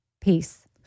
Peace